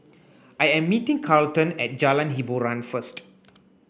I am meeting Carleton at Jalan Hiboran first